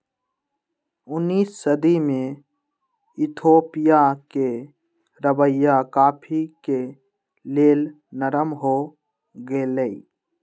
उनइस सदी में इथोपिया के रवैया कॉफ़ी के लेल नरम हो गेलइ